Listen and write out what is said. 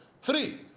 Three